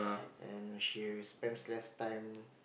and she spends less time